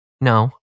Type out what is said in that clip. No